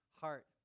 heart